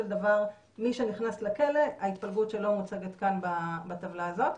דבר מי שנכנס לכלא ההתפלגות שלו מוצגת כאן בטבלה הזאת,